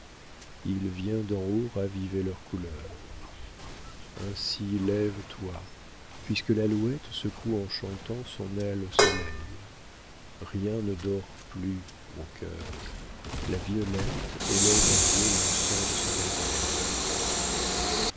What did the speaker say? il vient d'en haut raviver leurs couleurs ainsi lève-toi puisque l'alouette secoue en chantant son aile au soleil rien ne dort plus mon cœur la violette élève à dieu l'encens de son réveil